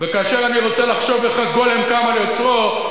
וכאשר אני רוצה לחשוב איך הגולם קם על יוצרו,